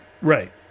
Right